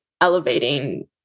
elevating